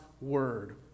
Word